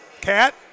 Cat